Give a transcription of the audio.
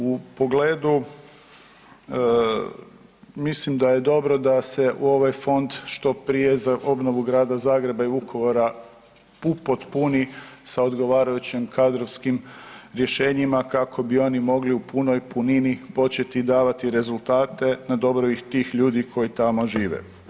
U pogledu mislim da je dobro da se u ovaj fond što prije za obnovu Grada Zagreba i Vukovara upotpuni sa odgovarajućim kadrovskim rješenjima kako bi oni mogli u punoj punini početi davati rezultate na dobrobit tih ljudi koji tamo žive.